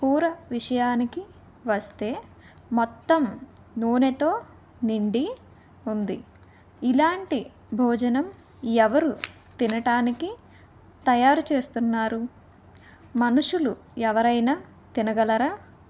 కూర విషయానికి వస్తే మొత్తం నూనెతో నిండి ఉంది ఇలాంటి భోజనం ఎవరు తినటానికి తయారు చేస్తున్నారు మనుషులు ఎవరైనా తినగలరా